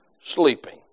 sleeping